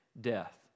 death